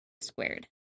squared